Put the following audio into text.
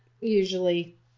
usually